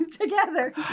together